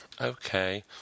Okay